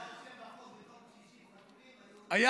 אם היית רושם בחוק במקום "קשישים" "חתולים" היו,